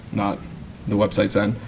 not the websites end.